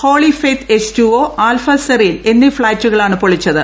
holy Faith H two O Alfa Serene എന്നീ ഫ്ളാറ്റുകളാണ് പൊളിച്ചത്